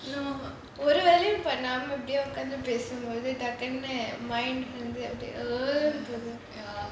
ஒரு வேலையும் பண்ணாம இப்டியே உட்கார்ந்து பேசும் போது:oru velaiyum pannaama ipdi utkarnthu pesump othu mind வந்து:vanthu